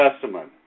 Testament